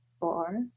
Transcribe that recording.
four